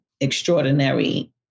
extraordinary